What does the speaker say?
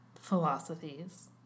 philosophies